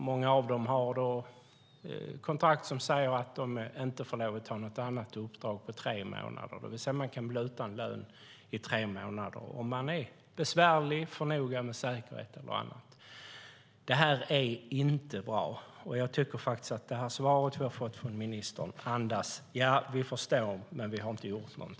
Många har kontrakt som säger att de inte får ta något annat uppdrag på tre månader, så man kan alltså bli utan lön i tre månader om man är besvärlig, för noga med säkerheten och annat. Det här är inte bra. Men svaret från ministern andas: Ja, vi förstår, men vi har inte gjort något.